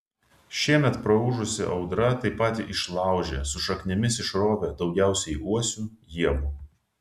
šiemet praūžusi audra taip pat išlaužė su šaknimis išrovė daugiausiai uosių ievų